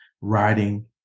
writing